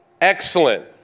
excellent